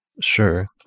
Sure